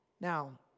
Now